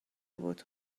بود